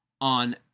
on